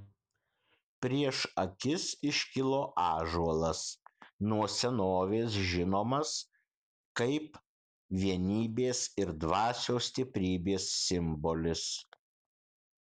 prieš akis iškilo ąžuolas nuo senovės žinomas kaip vienybės ir dvasios stiprybės simbolis